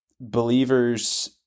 believers